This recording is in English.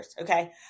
Okay